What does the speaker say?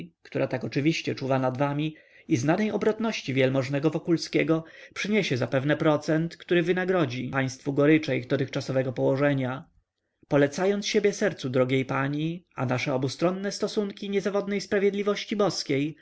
on jest ale przy łasce bożej która tak oczywiście czuwa nad wami i znanej obrotności w-go wokulskiego przyniesie zapewne procent który wynagrodzi państwu gorycze ich dotychczasowego położenia polecając siebie sercu drogiej pani a nasze obustronne stosunki niezawodnej sprawiedliwości boskiej